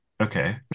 okay